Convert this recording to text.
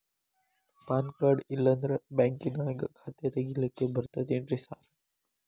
PAN card ಇಲ್ಲಂದ್ರ ಬ್ಯಾಂಕಿನ್ಯಾಗ ಖಾತೆ ತೆಗೆಲಿಕ್ಕಿ ಬರ್ತಾದೇನ್ರಿ ಸಾರ್?